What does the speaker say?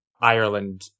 Ireland